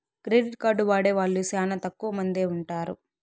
credit card వాడే వాళ్ళు శ్యానా తక్కువ మందే ఉంటారు